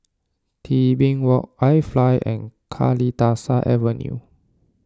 Tebing Walk iFly and Kalidasa Avenue